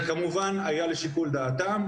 זה כמובן היה לשיקול דעתם.